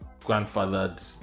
grandfathered